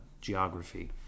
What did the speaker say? geography